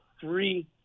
three